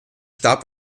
starb